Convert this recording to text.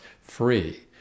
free